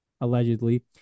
Allegedly